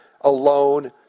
alone